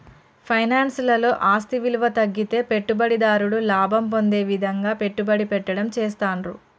finance లలో ఆస్తి విలువ తగ్గితే పెట్టుబడిదారుడు లాభం పొందే విధంగా పెట్టుబడి పెట్టడం చేస్తాండ్రు